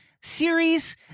series